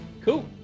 Cool